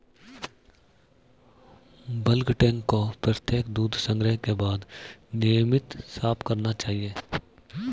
bulk tank को प्रत्येक दूध संग्रह के बाद नियमित साफ करना चाहिए